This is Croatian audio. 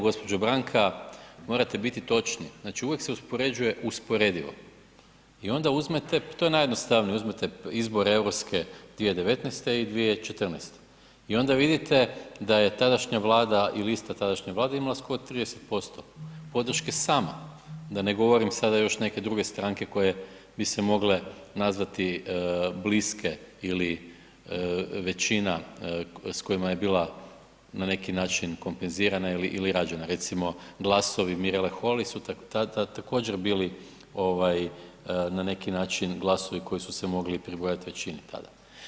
Gospođo Branka morate biti točni, znači uvijek se uspoređuje usporedivo i onda uzmete, pa to je najjednostavnije, uzmete izbore europske 2019. i 2014. i ona vidite da je tadašnja vlada il ista tadašnja vlada imala skoro 30% podrške sama, da ne govorim još sada neke druge stranke koje bi se mogle nazvati bliske ili većina s kojima je bila na neki način kompenzirana ili rađena, recimo glasovi Mirele Holi su također bili ovaj na neki način glasovi koji su se mogli pribrojati većini tada.